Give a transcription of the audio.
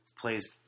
plays